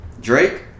Drake